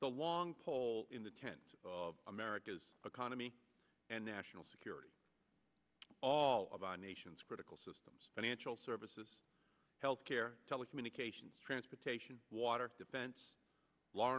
the long pole in the tent of america's economy and national security all of our nation's critical systems financial services health care telecommunications transportation water defense law